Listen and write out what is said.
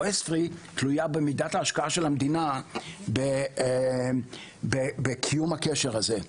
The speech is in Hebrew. ESFRI תלויה במידת ההשקעה של המדינה בקיום הקשר הזה.